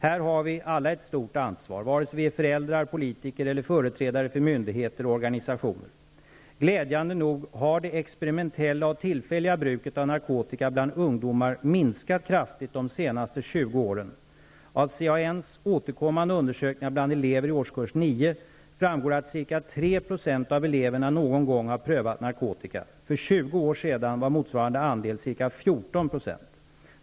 Här har vi alla ett stort ansvar, vare sig vi är föräldrar, politiker eller företrädare för myndigheter och organisationer. Glädjande nog har det experimentella och tillfälliga bruket av narkotika bland ungdomar minskat kraftigt de senaste tjugo åren. Av CAN:s återkommande undersökningar bland elever i årskurs 9 framgår att ca 3 % av eleverna någon gång har prövat narkotika. För 20 år sedan var motsvarande andel ca 14 %.